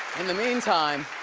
in the meantime,